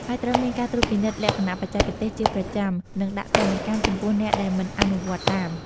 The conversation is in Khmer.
ដោយត្រូវមានការត្រួតពិនិត្យលក្ខណៈបច្ចេកទេសជាប្រចាំ និងដាក់ទណ្ឌកម្មចំពោះអ្នកដែលមិនអនុវត្តតាម។